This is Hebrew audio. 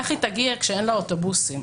איך היא תגיע כשאין לה אוטובוסים?